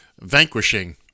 vanquishing